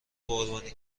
قربانی